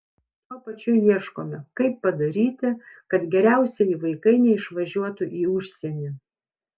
tuo pačiu ieškome kaip padaryti kad geriausieji vaikai neišvažiuotų į užsienį